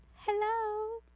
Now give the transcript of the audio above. hello